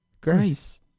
grace